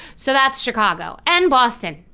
so that's chicago and boston.